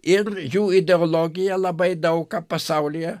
ir jų ideologija labai daug ką pasaulyje